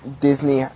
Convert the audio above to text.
Disney